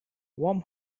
warm